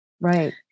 right